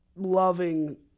loving